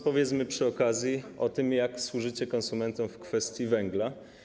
Powiedzmy więc przy okazji o tym, jak służycie konsumentom w kwestii węgla.